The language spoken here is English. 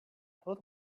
thought